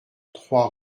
trois